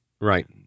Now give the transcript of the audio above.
Right